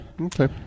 Okay